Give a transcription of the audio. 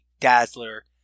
Dazzler